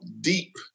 deep